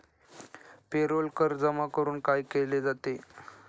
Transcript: Payroll कर जमा करून काय केले जाते?